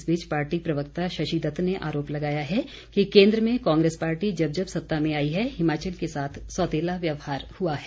इस बीच पार्टी प्रवक्ता शशि दत्त ने आरोप लगाया है कि केन्द्र में कांग्रेस पार्टी जब जब सत्ता में आई है हिमाचल के साथ सौतेला व्यवहार हुआ है